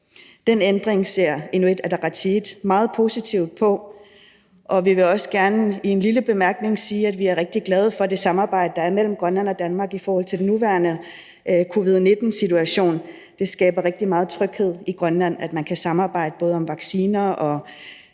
Den ændring ser Inuit Ataqatigiit meget positivt på. Vi vil også gerne i en lille bemærkning sige, at vi er rigtig glade for det samarbejde, der er mellem Grønland og Danmark i den nuværende covid-19-situation. Det skaber rigtig meget tryghed i Grønland, at man kan samarbejde både om vacciner og